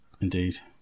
indeed